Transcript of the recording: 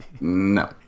No